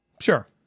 Sure